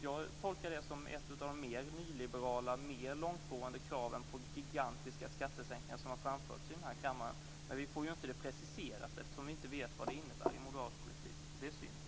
Jag tolkar det som ett av de mer nyliberala, mer långtgående krav på gigantiska skattesänkningar som har framförts i den här kammaren. Men vi får det inte preciserat eftersom vi inte vet vad det innebär i moderat politik. Det är synd.